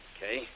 Okay